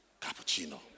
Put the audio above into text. cappuccino